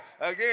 again